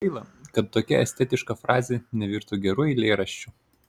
gaila kad tokia estetiška frazė nevirto geru eilėraščiu